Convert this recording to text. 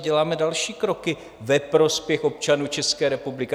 Děláme další kroky ve prospěch občanů České republiky.